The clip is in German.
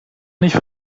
nicht